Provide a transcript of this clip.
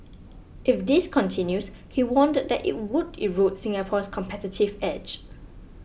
if this continues he warned that it would erode Singapore's competitive edge